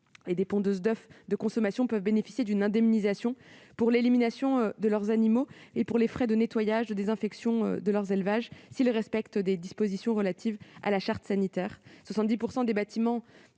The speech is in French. et de pondeuses d'oeufs de consommation peuvent bénéficier d'une indemnisation pour l'élimination de leurs animaux et pour les frais de nettoyage et de désinfection de leur élevage s'ils respectent les dispositions de la charte sanitaire en la matière.